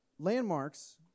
Landmarks